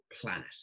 planet